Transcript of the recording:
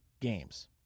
games